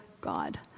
God